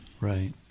Right